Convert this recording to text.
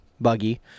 buggy